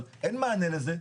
אבל אין מענה לזה.